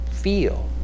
Feel